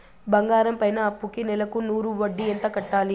బంగారం పైన అప్పుకి నెలకు నూరు వడ్డీ ఎంత కట్టాలి?